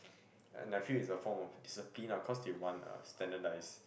and I feel is a form of discipline ah cause they want uh standardise